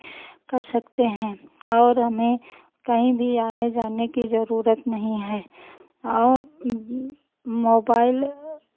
कर सकते हैं और हमें कहीं भी आने जाने की ज़रुरत नहीं है और मोबाइल